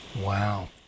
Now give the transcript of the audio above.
Wow